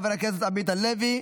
חבר הכנסת עמית הלוי,